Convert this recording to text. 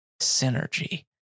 synergy